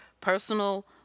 personal